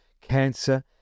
Cancer